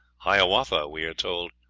hiawatha, we are told,